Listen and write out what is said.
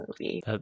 movie